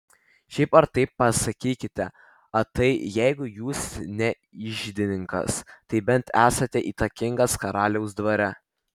šiaip ar taip pasakykite atai jeigu jūs ne iždininkas tai bent esate įtakingas karaliaus dvare